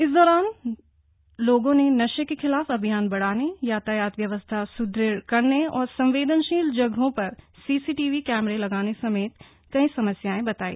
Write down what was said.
इस दौरान लोगों ने नशे के खिलाफ अभियान बढ़ाने यातायात व्यवस्था सुदृढ़ करने और संवेदनशील जगहों पर सीसीटीवी कमरे लगाने समेत कई समस्याएं बताई